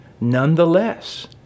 Nonetheless